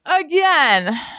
Again